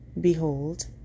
Behold